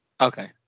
Okay